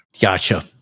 Gotcha